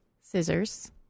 scissors